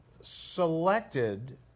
selected